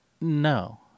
no